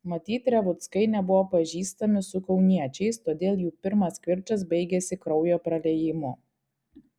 matyt revuckai nebuvo pažįstami su kauniečiais todėl jų pirmas kivirčas baigėsi kraujo praliejimu